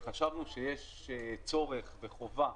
וחשבנו שיש צורך וחובה,